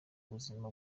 buzima